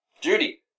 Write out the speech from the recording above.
Judy